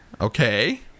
Okay